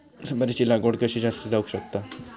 सुपारीची लागवड कशी जास्त जावक शकता?